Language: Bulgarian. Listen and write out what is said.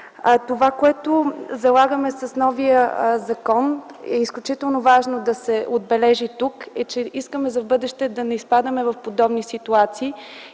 Това, което залагаме с новия закон, е изключително важно да се отбележи тук, че не искаме в бъдеще да изпадаме в подобни ситуации.